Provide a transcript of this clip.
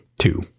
two